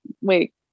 wait